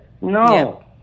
No